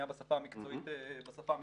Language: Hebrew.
בשפה המקצועית המודיעינית,